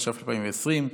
התש"ף 2020,